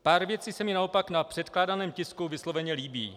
Pár věcí se mi naopak na předkládaném tisku vysloveně líbí.